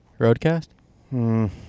Roadcast